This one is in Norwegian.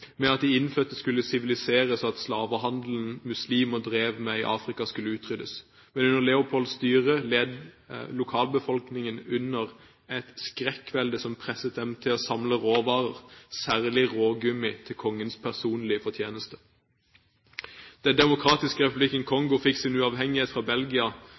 med at de innfødte skulle siviliseres og at slavehandelen som muslimer drev med i Afrika, skulle utryddes. Under Leopolds styre led lokalbefolkningen under et skrekkvelde som presset dem til å samle råvarer, særlig rågummi, til kongens personlige fortjeneste. Den demokratiske republikken Kongo fikk sin uavhengighet fra Belgia